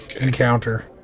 encounter